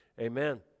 amen